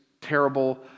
terrible